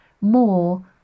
more